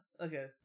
Okay